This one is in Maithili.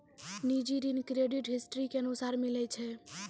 निजी ऋण क्रेडिट हिस्ट्री के अनुसार मिलै छै